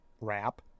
wrap